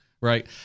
Right